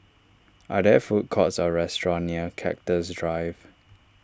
are there food courts or restaurants near Cactus Drive